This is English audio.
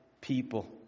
people